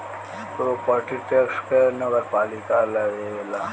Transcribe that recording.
property tax के नगरपालिका लेवेला